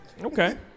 Okay